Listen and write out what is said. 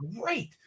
great